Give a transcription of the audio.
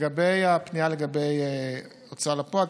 בדבר הפנייה על ההוצאה לפועל,